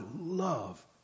love